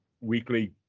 weekly